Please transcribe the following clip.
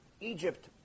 Egypt